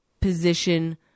position